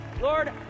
Lord